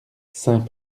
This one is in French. saint